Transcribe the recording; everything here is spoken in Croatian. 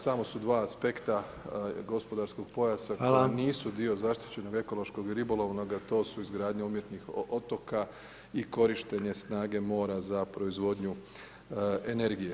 Samo su dva aspekta gospodarskog pojasa koja nisu dio zaštićenog ekološkog i ribolovnoga, to su izgradnja umjetnih otoka i korištenje snage mora za proizvodnju energije.